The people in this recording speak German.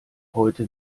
heute